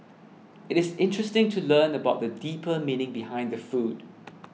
it is interesting to learn about the deeper meaning behind the food